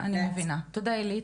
תודה עילית.